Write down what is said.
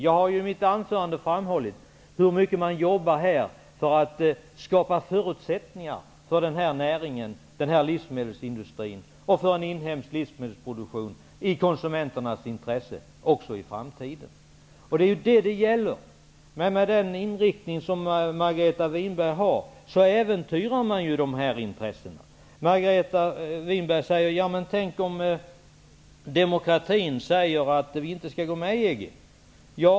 Jag har i mitt anförande framhållit hur mycket det jobbas för att det också i framtiden skall skapas förutsättningar för den här näringen, den här livsmedelsindustrin och för en inhemsk livsmedelsproduktion i konsumenternas intresse. Det är detta som det gäller. Med den inriktning som Margareta Winberg har äventyras dessa intressen. Margareta Winberg säger: Tänk om demokratin visar att vi inte skall gå med i EG.